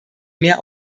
mehr